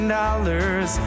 dollars